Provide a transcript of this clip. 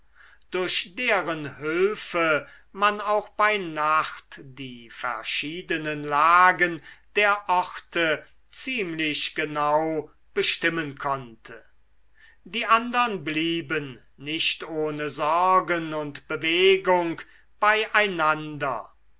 durch deren hülfe man auch bei nacht die verschiedenen lagen der orte ziemlich genau bestimmen konnte die andern blieben nicht ohne sorgen und bewegung beieinander